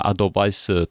Advice